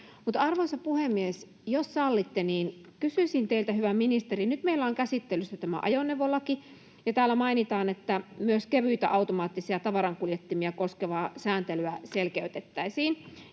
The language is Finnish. arvoisa puhemies, jos sallitte, niin kysyisin teiltä, hyvä ministeri. Nyt meillä on käsittelyssä tämä ajoneuvolaki, ja täällä mainitaan, että myös kevyitä automaattisia tavarankuljettimia koskevaa sääntelyä selkeytettäisiin.